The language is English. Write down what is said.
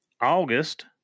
August